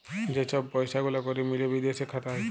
যে ছব পইসা গুলা ক্যরে মিলে বিদেশে খাতায়